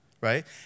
right